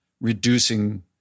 reducing